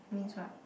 means what